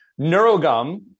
NeuroGum